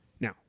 Now